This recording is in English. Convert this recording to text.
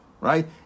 right